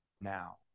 now